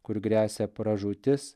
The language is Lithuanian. kur gresia pražūtis